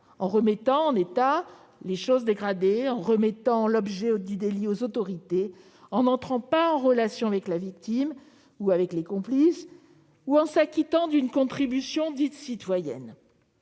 en remettant en état les choses dégradées, en remettant l'objet du délit aux autorités, en n'entrant pas en relation avec la victime ou avec les complices ou encore en s'acquittant d'une contribution dite citoyenne.